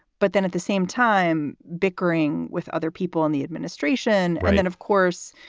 but then at the same time bickering with other people in the administration. and of course,